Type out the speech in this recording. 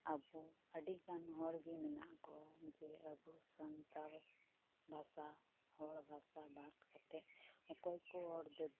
ᱟᱵᱚ ᱟᱹᱰᱤᱜᱟᱱ ᱦᱚᱲᱜᱮ ᱢᱮᱱᱟᱜ ᱠᱚᱣᱟ ᱡᱮ ᱟᱵᱚ ᱥᱟᱱᱛᱟᱲ ᱵᱷᱟᱥᱟ ᱦᱚᱲ ᱵᱷᱟᱥᱟ ᱵᱟᱫᱽ ᱠᱟᱛᱮᱫ ᱚᱠᱚᱭᱠᱚ ᱦᱚᱲᱫᱚ